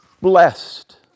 Blessed